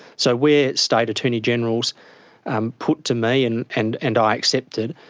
so where state attorney-generals um put to me, and and and i accepted,